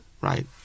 right